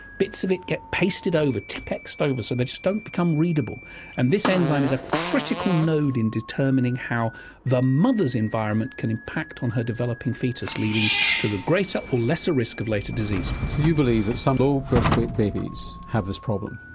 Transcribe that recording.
bits of it get pasted over, tippexed over, so they don't become readable and this enzyme is a critical node in determining how the mother's environment can impact on her developing foetus leading to the greater or lesser risk of later disease. so you believe that some low birth weight babies have this problem?